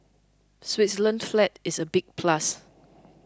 Switzerland's flag is a big plus